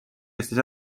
eestis